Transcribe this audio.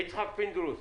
יצחק פינדרוס,